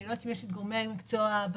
אני לא יודעת אם יש את גורמי המקצוע בזום,